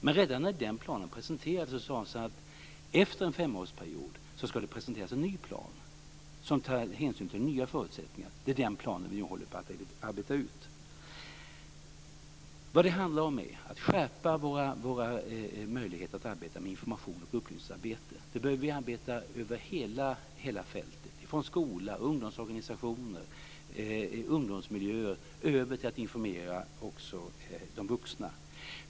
Men redan när den planen presenterades sades det att efter en femårsperiod skulle en ny plan presenteras som skulle ta hänsyn till nya förutsättningar. Det är den planen som vi nu håller på att arbeta ut. Vad det handlar om är att skärpa våra möjligheter att arbeta med information och upplysning. Vi behöver arbeta med detta över hela fältet, från skola, ungdomsorganisationer och ungdomsmiljöer över till att informera också de vuxna.